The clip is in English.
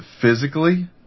physically